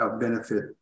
benefit